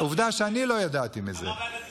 עובדה שאני לא ידעתי מזה.